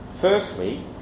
Firstly